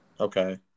Okay